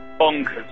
bonkers